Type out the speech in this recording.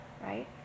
right